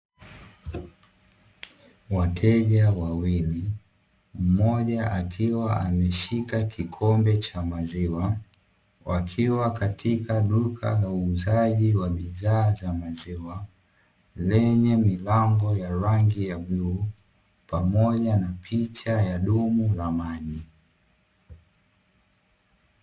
Wateja wawili mmoja akiwa ameshika kikombe cha maziwa wakiwa katika duka la uuzaji wa bidhaa za maziwa lenye milango ya rangi ya bluu pamoja na picha ya dumu la maji.